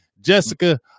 Jessica